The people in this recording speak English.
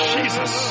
Jesus